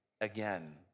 again